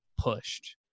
pushed